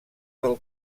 del